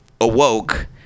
awoke